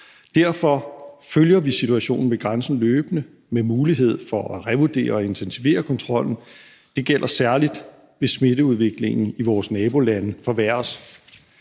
Derfor følger vi situationen ved grænsen løbende, med mulighed for at revurdere og intensivere kontrollen. Det gælder særlig, hvis smitteudviklingen i vores nabolande forværres.